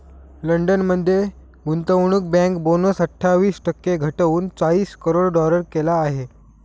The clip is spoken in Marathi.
लंडन मध्ये गुंतवणूक बँक बोनस अठ्ठावीस टक्के घटवून चाळीस करोड डॉलर केला आहे